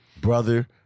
brother